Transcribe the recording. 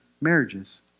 marriages